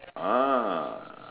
ah